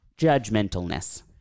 judgmentalness